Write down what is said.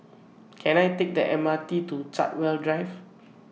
Can I Take The M R T to Chartwell Drive